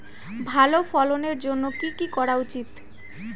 ভালো ফলনের জন্য কি কি করা উচিৎ?